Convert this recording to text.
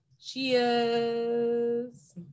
Cheers